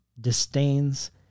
disdains